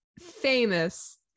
famous